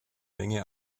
menge